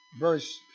verse